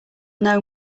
know